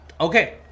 Okay